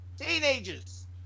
Teenagers